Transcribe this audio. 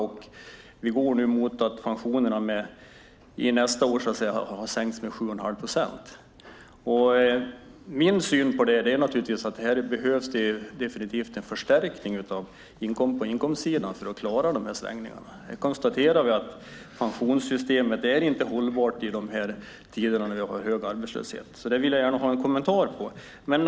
Nästa år har pensionerna sänkts med 7 1⁄2 procent. Min syn på det är att det behövs en förstärkning på inkomstsidan för att klara svängningarna. Vi konstaterar att pensionssystemet inte är hållbart i tider med hög arbetslöshet. Det vill jag gärna ha en kommentar till.